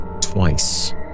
twice